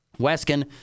Weskin